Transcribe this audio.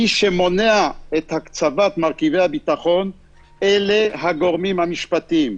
מי שמונע את הקצבת מרכיבי הביטחון אלה הגורמים המשפטיים.